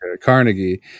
Carnegie